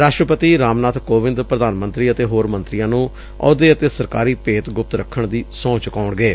ਰਾਸ਼ਟਰਪਤੀ ਰਾਮਨਾਥ ਕੋਵਿੰਦ ਪ੍ਰਧਾਨ ਮੰਤਰੀ ਅਤੇ ਹੋਰ ਮੰਤਰੀਆਂ ਨੁੰ ਅਹੁਦੇ ਅਤੇ ਸਰਕਾਰੀ ਭੇਤ ਗੁਪਤ ਰੱਖਣ ਦੀ ਸਹੁੰ ਚੁਕਾਉਣਗੇ